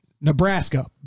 Nebraska